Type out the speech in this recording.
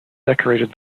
decorated